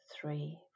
three